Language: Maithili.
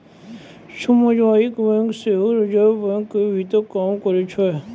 समुदायिक बैंक सेहो रिजर्वे बैंको के भीतर काम करै छै